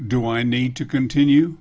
do i need to continue